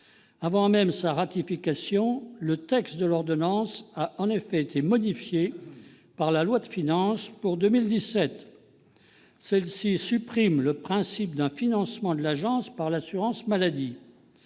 avant même sa ratification, le texte de l'ordonnance a été modifié par la loi de finances pour 2017. Celle-ci supprime le principe d'un financement de l'agence par l'assurance maladie.